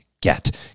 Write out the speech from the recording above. get